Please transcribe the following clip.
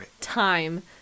time